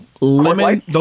lemon